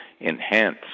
enhance